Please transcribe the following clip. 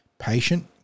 Patient